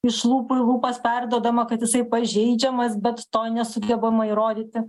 iš lūpų į lūpas perduodama kad jisai pažeidžiamas bet to nesugebama įrodyti